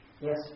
Yes